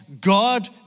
God